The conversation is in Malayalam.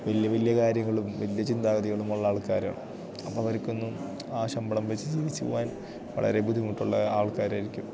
വലിയ വലിയ കാര്യങ്ങളും വലിയ ചിന്താഗതികളുമുള്ള ആൾക്കാരാണ് അപ്പോള് അവർക്കൊന്നും ആ ശമ്പളം വച്ച് ജീവിച്ചുപോവാൻ വളരെ ബുദ്ധിമുട്ടുള്ള ആൾക്കാരായിരിക്കും